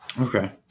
Okay